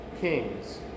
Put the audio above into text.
kings